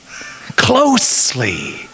closely